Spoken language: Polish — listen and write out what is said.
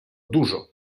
dużo